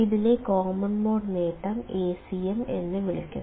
ഇതിനെ common mode നേട്ടം Acm എന്ന് വിളിക്കുന്നു